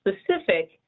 specific